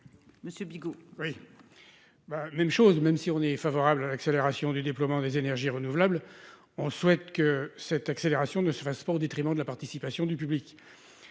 n° 544. Si nous sommes favorables à l'accélération du déploiement des énergies renouvelables, nous souhaitons que cette accélération ne se fasse pas au détriment de la participation du public.